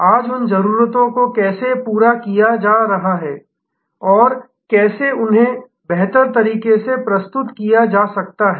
आज उन जरूरतों को कैसे पूरा किया जा रहा है और कैसे उन्हें बेहतर तरीके से प्रस्तुत किया जा सकता है